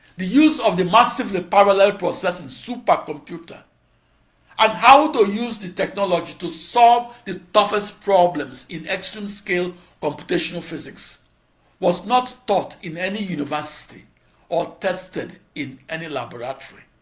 the use of the massively parallel processing supercomputer and how to use the technology to solve the toughest problems in extreme-scale computational physics was not taught in any university or tested in any laboratory.